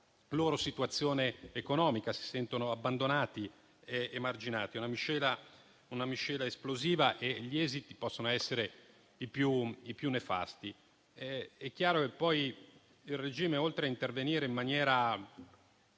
loro situazione economica e che si sentono abbandonati ed emarginati. È una miscela esplosiva, i cui esiti possono essere i più nefasti. Il regime, oltre a intervenire in maniera